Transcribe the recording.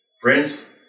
Friends